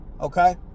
okay